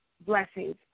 blessings